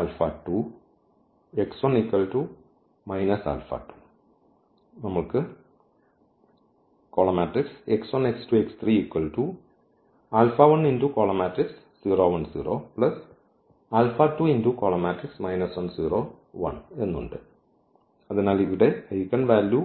അതിനാൽ നമ്മൾക്ക് ഉണ്ട് അതിനാൽ ഇവിടെ ഐഗൻവാലു